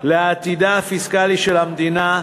לעתידה הפיסקלי של המדינה,